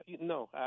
no